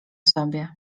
sobie